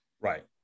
Right